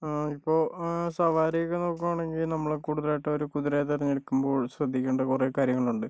ഇപ്പോൾ സവാരിയൊക്കെ നോക്കുകയാണെങ്കിൽ നമ്മള് കൂടുതലായിട്ടും ഒരു കുതിരയെ തിരഞ്ഞെടുക്കുമ്പോൾ ശ്രദ്ധിക്കേണ്ട കുറെ കാര്യങ്ങളുണ്ട്